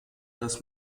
des